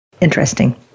Interesting